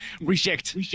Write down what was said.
reject